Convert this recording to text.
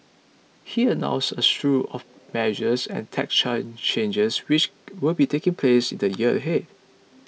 he announced a slew of measures and tax charge changes which will be taking place in the year ahead